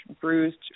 bruised